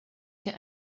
get